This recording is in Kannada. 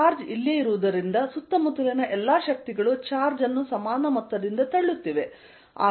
ಚಾರ್ಜ್ ಇಲ್ಲಿಯೇ ಇರುವುದರಿಂದ ಸುತ್ತಮುತ್ತಲಿನ ಎಲ್ಲಾ ಶಕ್ತಿಗಳು ಚಾರ್ಜ್ ಅನ್ನು ಸಮಾನ ಮೊತ್ತದಿಂದ ತಳ್ಳುತ್ತಿವೆ